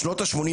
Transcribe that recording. בשנות 80,